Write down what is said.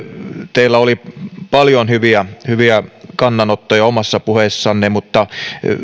teillä oli paljon hyviä hyviä kannanottoja omassa puheessanne mutta